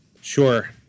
Sure